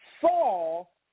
Fall